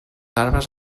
arbres